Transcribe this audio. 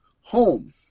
home